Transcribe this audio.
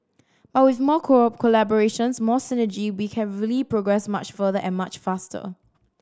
but with more collaborations more synergy we can really progress much further and much faster